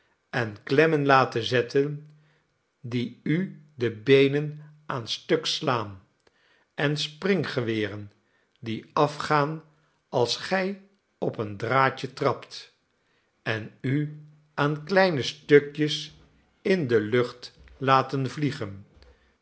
enklemmen laten zetten die u de beenen aan stuk slaan en springgeweren die afgaan als gij op een draadje trapt en u aan kleine stukjes in de lucht laten vliegen